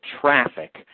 traffic